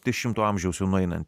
dešimto amžiaus jau nueinanti